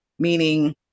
Meaning